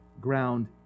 ground